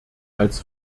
als